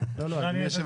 אז האמירה שלי